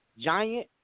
giant